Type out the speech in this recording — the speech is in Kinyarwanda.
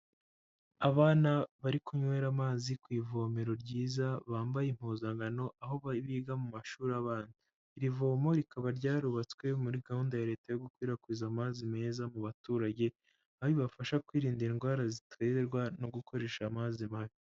Abana bari kunywera amazi ku ivomero ryiza bambaye impuzankano aho biga mu mashuri abanza, irivomo rikaba ryarubatswe muri gahunda ya leta yo gukwirakwiza amazi meza mu baturage, aho ibafasha kwirinda indwara ziterwa no gukoresha amazi mabi.